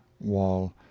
Wall